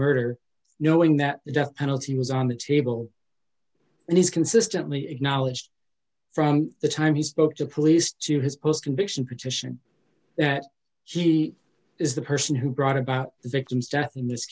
murder knowing that the death penalty was on the table and he's consistently acknowledged from the time he spoke to police to his post conviction petition that she is the person who brought about the victim's death in this